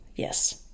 Yes